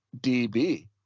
DB